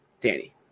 Danny